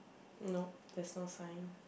nope there's no sign